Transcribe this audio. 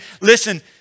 listen